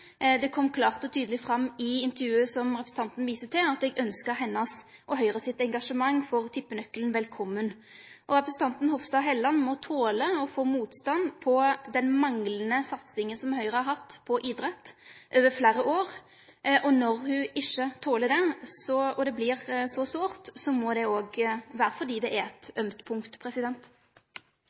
Det kom klart og tydeleg fram i intervjuet som representanten viste til, at eg ønskte hennar og Høgre sitt engasjement for tippenøkkelen velkome. Representanten Hofstad Helleland må tole å få motstand for den manglande satsinga som Høgre har hatt over fleire år når det gjeld idrett. Når ho ikkje toler det og det vert så sårt, må det vere fordi det er eit